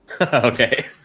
Okay